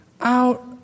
out